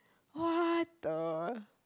what the